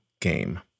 game